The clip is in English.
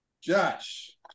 Josh